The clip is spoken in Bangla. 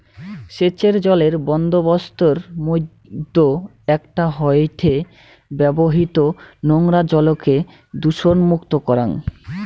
সেচের জলের বন্দোবস্তর মইধ্যে একটা হয়ঠে ব্যবহৃত নোংরা জলকে দূষণমুক্ত করাং